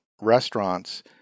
restaurants